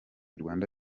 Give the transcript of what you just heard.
rwanda